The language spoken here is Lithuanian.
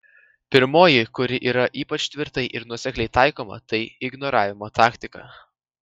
pirmoji kuri yra ypač tvirtai ir nuosekliai taikoma tai ignoravimo taktika